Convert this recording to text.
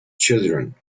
children